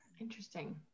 Interesting